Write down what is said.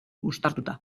uztartuta